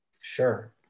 Sure